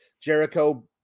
Jericho